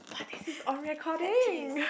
but this is on recording